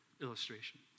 illustration